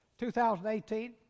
2018